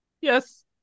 yes